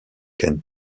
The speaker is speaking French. kent